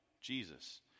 Jesus